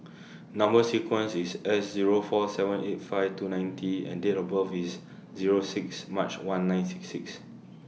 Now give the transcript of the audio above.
Number sequence IS S Zero four seven eight five two nine T and Date of birth IS Zero six March one nine six six